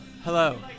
Hello